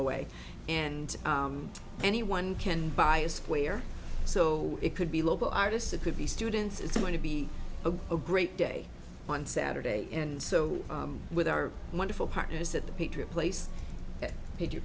away and anyone can buy a square so it could be local artists it could be students it's going to be a great day on saturday and so with our wonderful partners at the patriot place at your